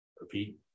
Repeat